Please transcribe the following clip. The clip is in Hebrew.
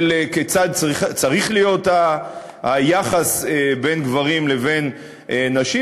של כיצד צריך להיות היחס בין גברים לבין נשים,